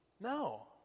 No